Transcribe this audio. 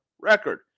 record